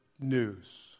news